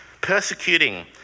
persecuting